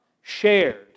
shared